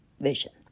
vision